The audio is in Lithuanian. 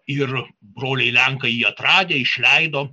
ir broliai lenkai jį atradę išleido